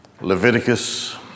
Leviticus